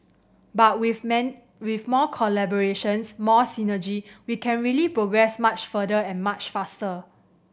but with man with more collaborations more synergy we can really progress much further and much faster